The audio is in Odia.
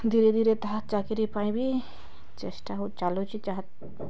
ଧୀରେ ଧୀରେ ତାହା ଚାକିରୀ ପାଇଁ ବି ଚେଷ୍ଟା ହଉ ଚାଲୁଛି ଯାହା